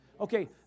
Okay